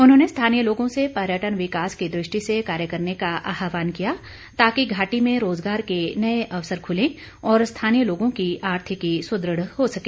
उन्होंने स्थानीय लोगों से पर्यटन विकास की दृष्टि से कार्य करने का आहवान किया ताकि घाटी में रोजगार के नए अवसर खुलें और स्थानीय लोगों की आर्थिकी सुदृढ़ हो सके